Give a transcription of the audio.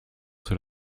sur